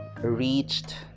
reached